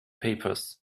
papers